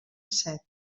set